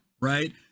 right